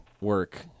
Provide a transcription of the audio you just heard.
work